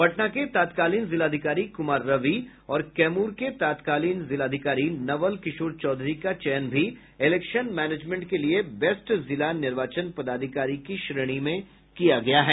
पटना के तत्कालीन जिलाधिकारी कुमार रवि और कैमूर के तत्कालीन जिलाधिकारी नवल किशोर चौधरी का चयन भी इलेक्शन मैनेजमेंट के लिए बेस्ट जिला निर्वाचन पदाधिकारी की श्रेणी में किया गया है